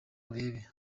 urebe